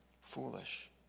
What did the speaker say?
foolish